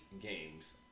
games